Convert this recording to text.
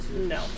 No